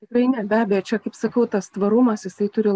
tikrai ne be abejo čia kaip sakau tas tvarumas jisai turi